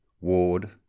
Ward